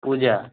ପୁଜା